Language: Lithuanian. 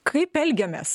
kaip elgiamės